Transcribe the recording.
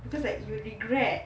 because like you will regret